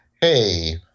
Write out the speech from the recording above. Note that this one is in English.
hey